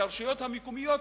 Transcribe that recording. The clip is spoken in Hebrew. שהרשויות המקומיות,